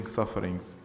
sufferings